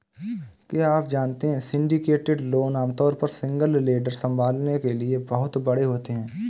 क्या आप जानते है सिंडिकेटेड लोन आमतौर पर सिंगल लेंडर संभालने के लिए बहुत बड़े होते हैं?